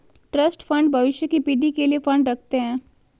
trust fund भविष्य की पीढ़ी के लिए फंड रखते हैं